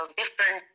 different